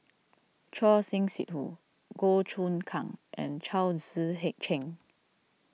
Choor Singh Sidhu Goh Choon Kang and Chao Tzee hey Cheng